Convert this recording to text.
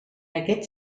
aquest